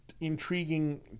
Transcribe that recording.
intriguing